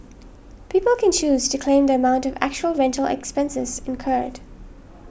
people can choose to claim the amount of actual rental expenses incurred